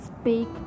speak